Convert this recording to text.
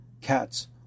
cats